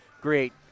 great